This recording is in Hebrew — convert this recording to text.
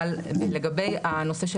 לגבי הנושא של